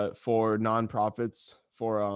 ah for nonprofits for, ah